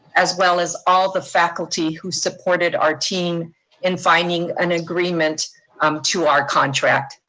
as well as all the faculty who supported our team in finding an agreement um to our contract.